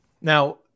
now